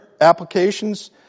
applications